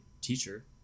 teacher